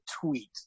tweet